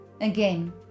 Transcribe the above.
Again